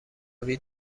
روی